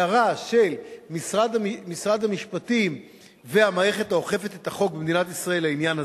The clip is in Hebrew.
הערה של משרד המשפטים והמערכת האוכפת את החוק במדינת ישראל לעניין הזה,